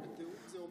תיאום זה אומר הסכמה.